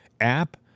app